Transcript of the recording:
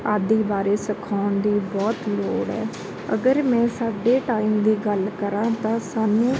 ਆਦਿ ਬਾਰੇ ਸਿਖਾਉਣ ਦੀ ਬਹੁਤ ਲੋੜ ਹੈ ਅਗਰ ਮੈਂ ਸਾਡੇ ਟਾਈਮ ਦੀ ਗੱਲ ਕਰਾਂ ਤਾਂ ਸਾਨੂੰ